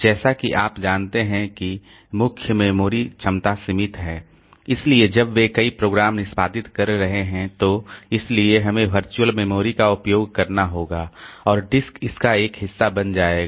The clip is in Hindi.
जैसा कि आप जानते हैं कि मुख्य मेमोरी क्षमता सीमित है इसलिए जब वे कई प्रोग्राम निष्पादित कर रहे हैं तो इसलिए हमें वर्चुअल मेमोरी का उपयोग करना होगा और डिस्क इसका एक हिस्सा बन जाएगा